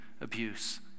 abuse